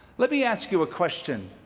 let me ask you a question,